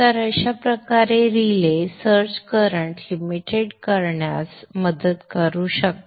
तर अशा प्रकारे रिले सर्ज करंट मर्यादित करण्यात मदत करू शकते